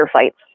fights